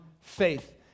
faith